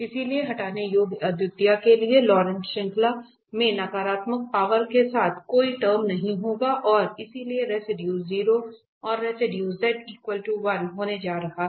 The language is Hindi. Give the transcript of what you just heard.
इसलिए हटाने योग्य अद्वितीयता के लिए लॉरेंट श्रृंखला में नकारात्मक पावर के साथ कोई टर्म नहीं होगा और इसलिए रेसिडुए 0 और रेसिडुए z 1 होने जा रहा है